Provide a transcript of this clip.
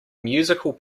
musical